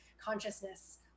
consciousness